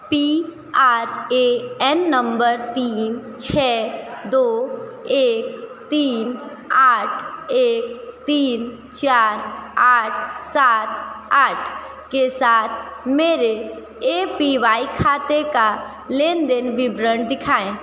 P R A N number तीन छः दो एक तीन आठ एक तीन चार आठ सात आठ के साथ मेरे ए पी वाई खाते का लेनदेन विवरण दिखाएं